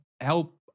help